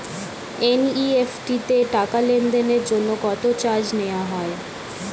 NEFT তে টাকা লেনদেনের জন্য কত চার্জ নেয়া হয়?